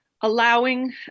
allowing